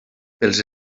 pels